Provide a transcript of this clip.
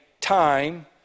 time